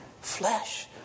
flesh